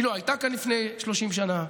היא לא הייתה כאן לפני 30 שנה.